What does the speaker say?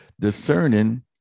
discerning